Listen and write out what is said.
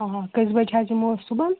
آ کٔژِ بَجہِ حظ یِمو أسۍ صُبَحن